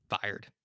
fired